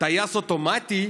"טייס אוטומטי",